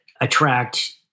attract